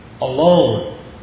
Alone